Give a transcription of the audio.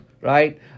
right